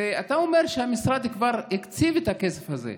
ואתה אומר שהמשרד כבר הקציב את הכסף הזה.